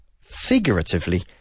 figuratively